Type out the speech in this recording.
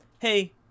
hey